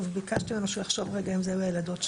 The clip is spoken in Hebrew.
וביקשתי ממנו שיחשוב רגע אם אלו היו הילדות שלו.